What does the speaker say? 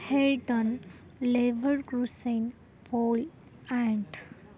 हेटन Leverkusen पोलअँट